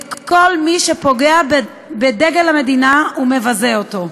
כל מי שפוגע בדגל המדינה ומבזה אותו.